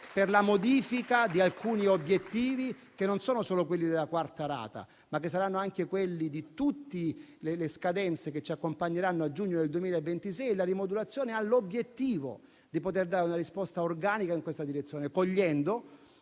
per la modifica di alcuni obiettivi, che non sono solo quelli della quarta rata, ma che saranno quelli di tutte le scadenze che ci accompagneranno al giugno del 2026 e la rimodulazione ha l'obiettivo di dare una risposta organica in questa direzione, cogliendo